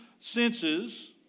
senses